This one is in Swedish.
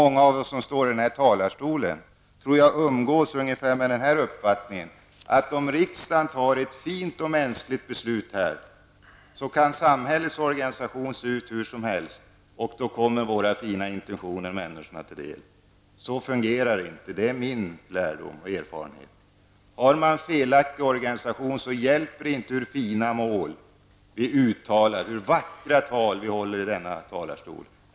Många av dem som talar från denna talarstol umgås antagligen med den uppfattningen att om riksdagen fattar ett fint och mänskligt beslut i den här frågan, kan samhällets organisation se ut hur som helst -- våra fina intentioner kommer ändå människorna till del. Men min erfarenhet säger mig att det inte fungerar så. Har man en felaktig organisation, hjälper det inte hur fina mål vi än sätter upp, hur vackra tal vi än håller från denna talarstol.